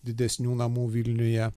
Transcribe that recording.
didesnių namų vilniuje